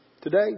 today